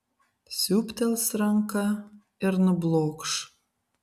siūbtels ranka ir nublokš